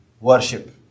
Worship